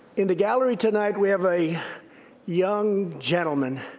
in the gallery tonight, we have a young gentleman.